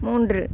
மூன்று